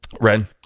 Ren